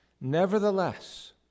Nevertheless